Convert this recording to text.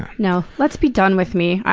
ah no, let's be done with me.